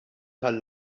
tal